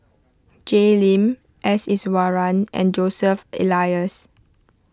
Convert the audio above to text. Jay Lim S Iswaran and Joseph Elias